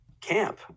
camp